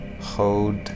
Hold